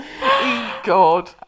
God